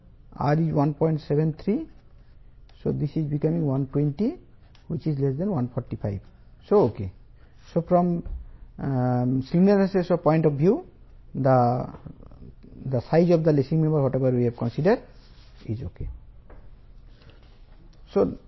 2 design compressive stress lacing bar యొక్క capacity 83